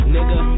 Nigga